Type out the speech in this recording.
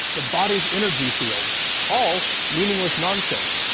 the body's energy fields all meaningless nonsense,